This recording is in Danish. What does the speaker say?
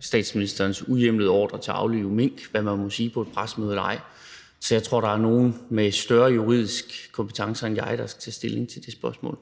statsministerens uhjemlede ordre til at aflive mink, hvad man må sige på et pressemøde eller ikke må sige. Så jeg tror, at der er nogen med større juridisk kompetence end mig, der skal tage stilling til det spørgsmål.